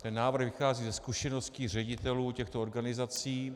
Ten návrh vychází ze zkušeností ředitelů těchto organizací.